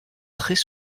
très